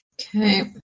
Okay